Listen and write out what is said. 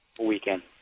weekend